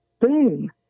Boom